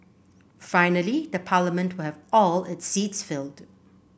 finally the Parliament will have all its seats filled